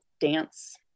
dance